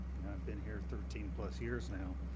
and i've been here thirteen plus years now,